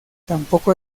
tampoco